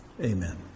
amen